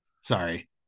Sorry